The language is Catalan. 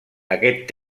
aquest